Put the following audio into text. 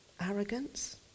arrogance